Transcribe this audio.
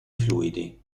fluidi